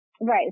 Right